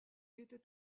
était